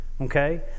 Okay